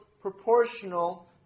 proportional